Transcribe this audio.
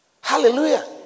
Hallelujah